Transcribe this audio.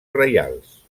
reials